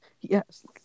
Yes